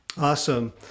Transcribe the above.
Awesome